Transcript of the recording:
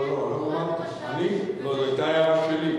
הוא אומר לך, לא, זאת היתה הערה שלי.